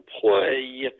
play